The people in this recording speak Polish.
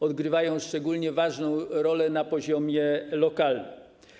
Odgrywają szczególnie ważną rolę na poziomie lokalnym.